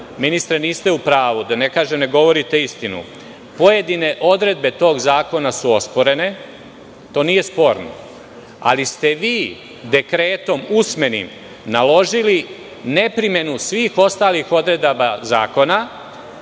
ministre niste u pravu, da ne kažem - ne govorite istinu. Pojedine odredbe tog zakona su osporene, to nije sporno, ali ste vi dekretom usmenim naložili neprimenu svih ostalih odredba zakona,